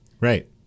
Right